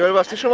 rostock! so